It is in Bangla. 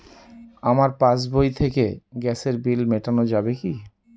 আমার পাসবই থেকে গ্যাসের বিল মেটানো যাবে কি?